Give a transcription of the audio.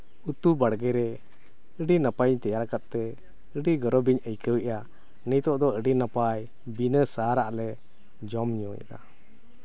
ᱩᱛᱩ ᱵᱟᱲᱜᱮ ᱨᱮ ᱟᱹᱰᱤ ᱱᱟᱯᱟᱭ ᱛᱮᱭᱟᱨ ᱠᱟᱛᱮᱫ ᱟᱹᱰᱤ ᱜᱚᱨᱚᱵᱤᱧ ᱟᱹᱭᱠᱟᱹᱣᱮᱫᱼᱟ ᱱᱤᱛᱚᱜ ᱫᱚ ᱟᱹᱰᱤ ᱱᱟᱯᱟᱭ ᱵᱤᱱᱟᱹ ᱥᱟᱨᱟᱜ ᱞᱮ ᱡᱚᱢᱼᱧᱩᱭᱮᱫᱼᱟ